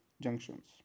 junctions